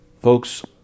Folks